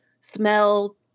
smell